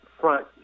front